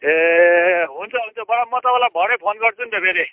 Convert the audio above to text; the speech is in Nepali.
ए हुन्छ हुन्छ बडा म तपाईँलाई भरे फोन गर्छु नि त फेरि